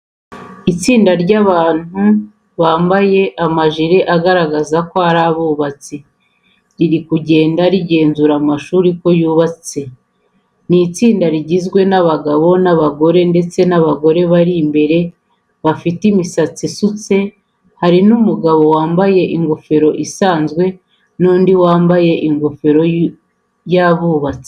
Itsinda ry'abantu bambaye amajire agaragaza ko ari abubatsi riri kugenda, rigenzura uko amashuri yubatse. Ni itsinda rigizwe n'abagabo n'abagore ndetse abagore bari imbere bafite imisatsi isutse, harimo n'umugabo wambaye ingofero isanzwe n'undi wambaye ingofero y'abubatsi.